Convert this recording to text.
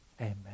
Amen